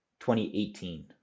2018